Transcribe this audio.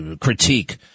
critique